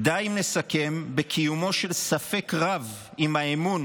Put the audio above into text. "די אם נסכם בקיומו של ספק רב אם האמון